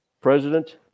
President